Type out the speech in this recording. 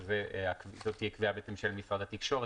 שזה יהיה בעצם קביעה של משרד התקשורת,